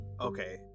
okay